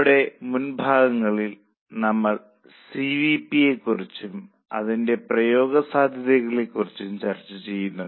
നമ്മുടെ മുൻ ഭാഗങ്ങളിൽ നമ്മൾ സി വി പി യെക്കുറിച്ചും അതിന്റെ പ്രയോഗ സാധ്യതകളെക്കുറിച്ചും ചർച്ച ചെയ്തിരുന്നു